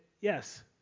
yes